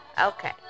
Okay